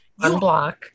unblock